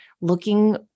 looking